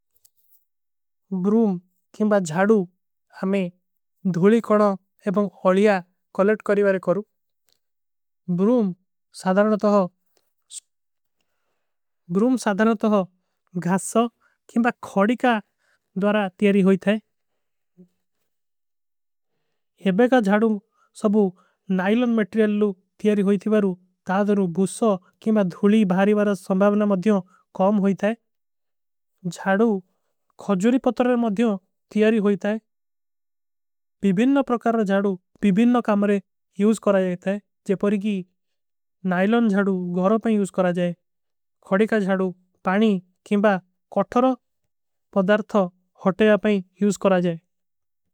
ବ୍ରୂମ କେଂବା ଜାଡୂ ଆମେ ଧୁଲୀ କଣା ଏବଂ ଓଲିଯା କଲେଟ କରୀଵାରେ। କରୂ ବ୍ରୂମ ସାଧରନତ ହୋ ଗାସ୍ଟ କେଂବା ଖାଡୀକା ଦ୍ଵାରା ତିଯାରୀ। ହୋଈତା ହୈ ଏବଂ କା ଜାଡୂ ସବୂ ନାଇଲନ ମେଟ୍ରିଯଲ ଲୂ ତିଯାରୀ। ହୋଈତୀ ଵାରୂ ତାଦରୂ ଭୁଷ୍ଵ କେଂବା ଧୁଲୀ ଭାରୀ ଵାରା ସମଭାଵନା। ମଦ୍ଯୋଂ କାମ ହୋଈତା ହୈ ଜାଡୂ ଖଜୁରୀ ପତରେ ମଦ୍ଯୋଂ ତିଯାରୀ ହୋଈତା। ହୈ ବିବିନ ପ୍ରକାର ଜାଡୂ ବିବିନ କାମରେ ଯୂଜ କରା ଜାଏତା ହୈ ଜେ। ପରିଗୀ ନାଇଲନ ଜାଡୂ ଗହରୋଂ ପର ଯୂଜ କରା ଜାଏତା ହୈ ଖଡୀକା। ଜାଡୂ ପାନୀ କେଂବା କୋଠରୋଂ ପଦର୍ଥୋ ହୋଟେଯା ପର ଯୂଜ କରା ଜାଏତା ହୈ।